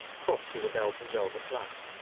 crossed with a belt of velvet black.